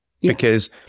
because-